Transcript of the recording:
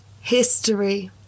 history